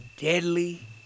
deadly